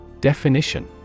Definition